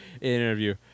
interview